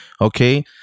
okay